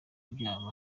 ibyaha